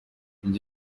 ngo